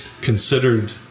considered